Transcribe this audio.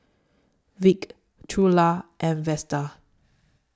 Vic Trula and Vesta